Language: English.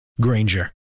Granger